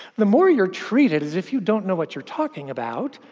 the more you're treated as if you don't know what you're talking about,